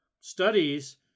studies